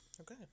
Okay